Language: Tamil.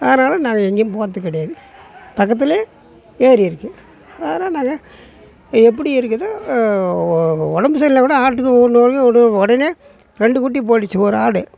அதனால் நாங்கள் எங்கேயும் போகிறது கிடையாது பக்கத்துலேயே ஏரி இருக்குது அதனால் நாங்கள் எப்படி இருக்குதோ ஓ உடம்பு சரியில்லைனா கூட ஆட்டுக்குக் கொண்டு போய் விடுவோம் உடனே ரெண்டு குட்டி போட்டுடுச்சி ஒரு ஆடு